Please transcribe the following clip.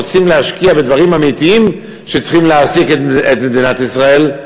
ורוצים להשקיע בדברים אמיתיים שצריכים להעסיק את מדינת ישראל,